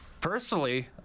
Personally